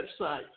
website